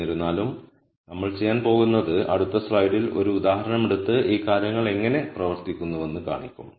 എന്നിരുന്നാലും നമ്മൾ ചെയ്യാൻ പോകുന്നത് അടുത്ത സ്ലൈഡിൽ ഒരു ഉദാഹരണം എടുത്ത് ഈ കാര്യങ്ങൾ എങ്ങനെ പ്രവർത്തിക്കുന്നുവെന്ന് കാണിക്കും